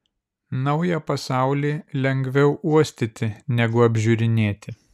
naują pasaulį lengviau uostyti negu apžiūrinėti